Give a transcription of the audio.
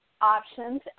options